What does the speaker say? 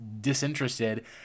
disinterested